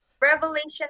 Revelation